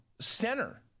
center